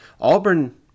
Auburn